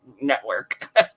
Network